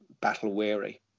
battle-weary